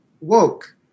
woke